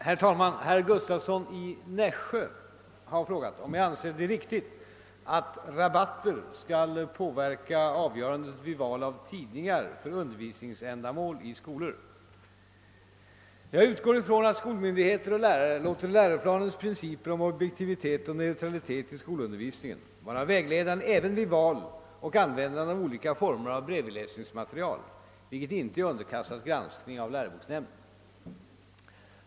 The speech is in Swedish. Herr talman! Herr Gustavsson i Nässjö har frågat, om jag anser det riktigt att rabatter skall påverka avgörandet vid val av tidningar för undervisningsändamål i skolor. Jag utgår från att skolmyndigheter och lärare låter läroplanens principer om objektivitet och neutralitet i skolundervisningen vara vägledande även vid val och användande av olika former av bredvisläsningsmaterial, vilket inte är underkastat granskning av läroboksnämnden.